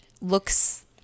looks